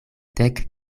dek